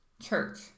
church